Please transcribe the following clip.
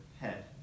head